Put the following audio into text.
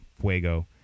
Fuego